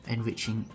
enriching